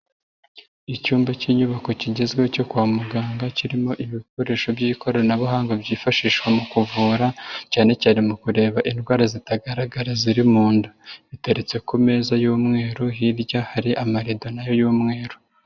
Icyumba cy'inyubako kigezweho cyo kwa muganga, kirimo ibikoresho by'ikoranabuhanga byifashishwa mu kuvura cyane cyane mu kureba indwara zitagaragara ziri mu nda. Biteritse ku meza y'umweru, hirya hari amarido na yo y'umweru.